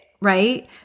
right